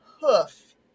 hoof